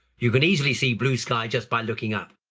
you can easily see blue sky just by looking up.